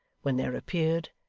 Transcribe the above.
when there appeared,